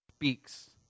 speaks